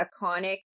iconic